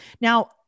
Now